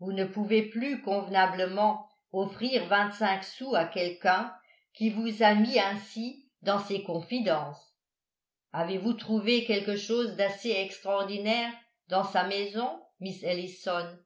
vous ne pouvez plus convenablement offrir vingt-cinq sous à quelqu'un qui vous a mis ainsi dans ses confidences avez-vous trouvé quelque chose d'assez extraordinaire dans sa maison miss ellison